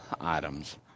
items